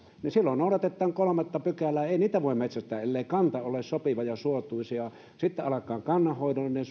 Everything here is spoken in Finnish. silloin noudatetaan kolmatta pykälää eikä sitä voi metsästää ellei kanta ole sopiva ja suotuisa ja sitten alkaa kannanhoidollinen